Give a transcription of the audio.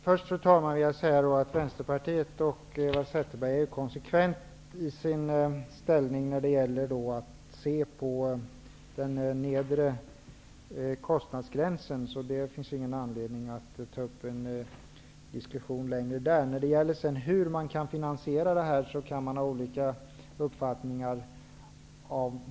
Fru talman! Först vill jag säga att Vänsterpartiet och Eva Zetterberg är konsekventa i sin inställning till den nedre kostnadsgränsen. Det finns därför ingen anledning att ta upp en diskussion. När det sedan gäller hur detta skall finansieras, kan man ha olika uppfattningar.